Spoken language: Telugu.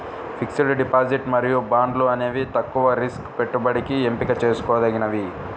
ఫిక్స్డ్ డిపాజిట్ మరియు బాండ్లు అనేవి తక్కువ రిస్క్ పెట్టుబడికి ఎంపిక చేసుకోదగినవి